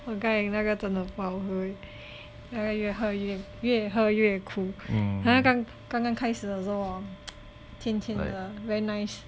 我刚才那个真的不好喝 leh 刚才越喝越越喝越苦好像刚刚开始的时候 hor 甜甜的 very nice